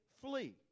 flee